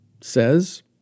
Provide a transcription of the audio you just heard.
says